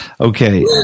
Okay